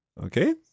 Okay